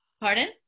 Pardon